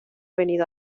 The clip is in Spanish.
venido